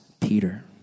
Peter